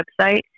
website